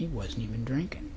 he wasn't even drink